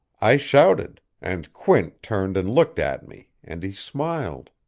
i shouted and quint turned and looked at me, and he smiled.